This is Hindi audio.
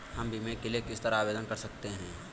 हम बीमे के लिए किस तरह आवेदन कर सकते हैं?